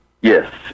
Yes